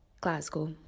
Glasgow